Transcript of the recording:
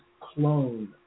clone